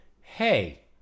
Hey